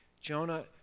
Jonah